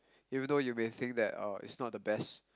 even though you may think that it's not the best